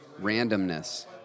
Randomness